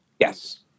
Yes